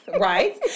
right